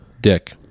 Dick